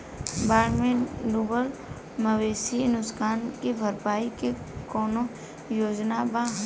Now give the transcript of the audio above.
बाढ़ में डुबल मवेशी नुकसान के भरपाई के कौनो योजना वा?